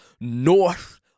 North